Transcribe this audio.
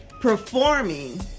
performing